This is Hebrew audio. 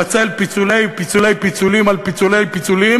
לפצל פיצולי פיצולים על פיצולי פיצולי